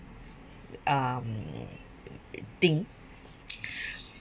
um thing